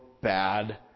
bad